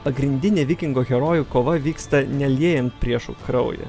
pagrindinė vikingo herojų kova vyksta ne liejant priešų kraują